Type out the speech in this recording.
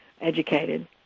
educated